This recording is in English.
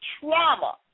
trauma